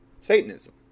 Satanism